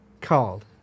called